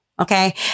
Okay